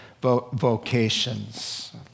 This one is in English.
vocations